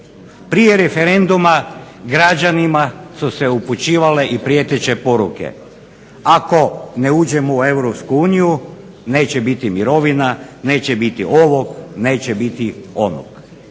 prije referenduma građanima su se upućivale i prijeteće poruke. Ako ne uđemo u EU, neće biti mirovina, neće biti ovog, neće biti onog.